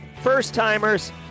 first-timers